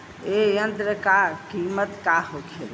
ए यंत्र का कीमत का होखेला?